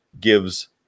gives